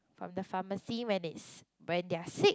from the pharmacy when it's when they're sick